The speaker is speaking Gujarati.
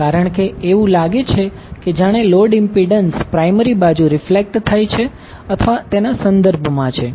કારણ કે એવું લાગે છે કે જાણે લોડ ઇમ્પિડન્સ પ્રાયમરી બાજુ રિફ્લેક્ટ થાય છે અથવા સંદર્ભમાં છે